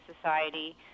Society